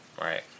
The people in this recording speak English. right